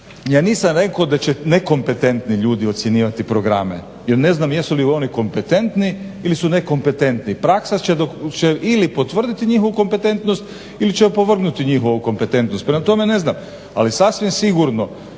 Ja nisam rekao da će nekompetentni ljudi ocjenjivati programe, jel ne znam jesu li oni kompetentni ili su nekompetentni, praksa će ili potvrditi njihovu kompetentnost ili će opovrgnuti njihovu kompetentnost. Prema tome, ne znam ali sasvim sigurno